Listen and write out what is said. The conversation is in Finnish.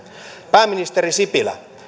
pääministeri sipilä